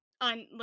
on